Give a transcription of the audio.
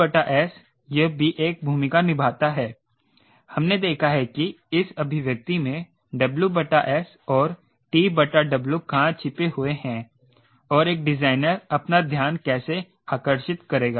तो WS यह भी एक भूमिका निभाता है हमने देखा है कि इस अभिव्यक्ति में WS और TW कहां छिपे हुए हैं और एक डिजाइनर अपना ध्यान कैसे आकर्षित करेगा